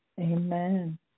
Amen